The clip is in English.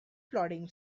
plodding